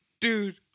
dude